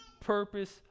purpose